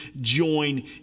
join